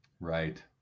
Right